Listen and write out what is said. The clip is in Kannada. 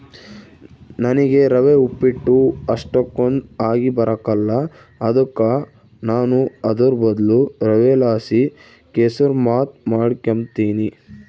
ನನಿಗೆ ರವೆ ಉಪ್ಪಿಟ್ಟು ಅಷ್ಟಕೊಂದ್ ಆಗಿಬರಕಲ್ಲ ಅದುಕ ನಾನು ಅದುರ್ ಬದ್ಲು ರವೆಲಾಸಿ ಕೆಸುರ್ಮಾತ್ ಮಾಡಿಕೆಂಬ್ತೀನಿ